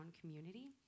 community